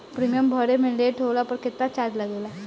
Premium भरे मे late होला पर केतना चार्ज लागेला?